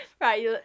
Right